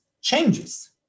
changes